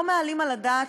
לא מעלים על הדעת,